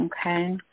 Okay